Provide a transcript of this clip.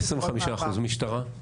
אוקיי, תודה, 25%. משטרה?